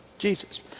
jesus